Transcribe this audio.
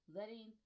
letting